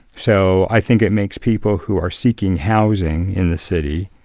so i think it makes people who are seeking housing in the city